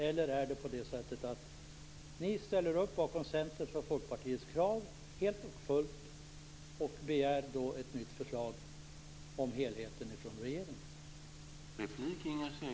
Eller är det så att ni helt och fullt ställer upp på Centerns och Folkpartiets krav och begär ett nytt förslag om helheten från regeringen?